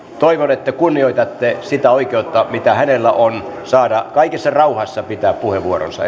toivon että kunnioitatte sitä oikeutta mikä hänellä on saada kaikessa rauhassa pitää puheenvuoronsa